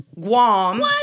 Guam